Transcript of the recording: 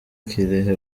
kirehe